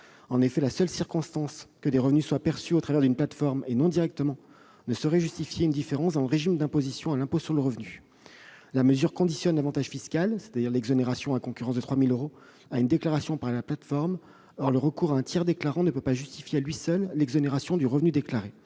En effet, la seule circonstance que des revenus soient perçus au travers d'une plateforme, et non pas directement, ne saurait justifier une différence dans le régime d'imposition à l'impôt sur le revenu. La mesure conditionne l'avantage fiscal, c'est-à-dire l'exonération à concurrence de 3 000 euros, à une déclaration par la plateforme. Or le recours à un tiers déclarant ne peut pas justifier à lui seul l'exonération du revenu déclaré.